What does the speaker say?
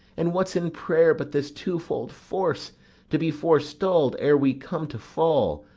and what's in prayer but this twofold force to be forestalled ere we come to fall,